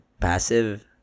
passive